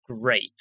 great